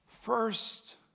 First